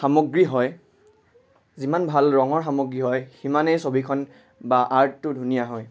সামগ্ৰী হয় যিমান ভাল ৰঙৰ সামগ্ৰী হয় সিমানেই ছবিখন বা আৰ্টটো ধুনীয়া হয়